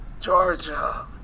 Georgia